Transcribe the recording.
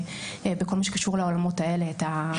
בכל מה שקשור לעולמות האלה את הנושא הזה.